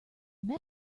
met